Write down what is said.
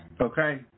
Okay